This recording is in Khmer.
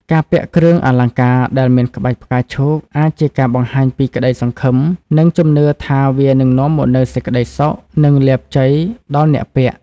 ការពាក់គ្រឿងអលង្ការដែលមានក្បាច់ផ្កាឈូក អាចជាការបង្ហាញពីក្តីសង្ឃឹម និងជំនឿថាវានឹងនាំមកនូវសេចក្តីសុខ និងលាភជ័យដល់អ្នកពាក់។